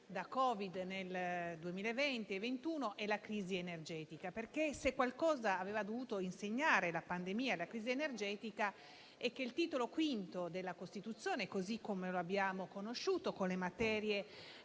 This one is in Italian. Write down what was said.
da Covid nel 2020 e nel 2021 e alla crisi energetica. Se qualcosa avrebbe dovuto insegnare la pandemia e la crisi energetica, è che il Titolo V della Costituzione, così come lo abbiamo conosciuto ossia con le materie